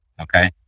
Okay